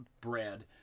bread